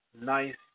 nice